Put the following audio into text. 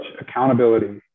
Accountability